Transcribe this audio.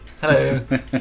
Hello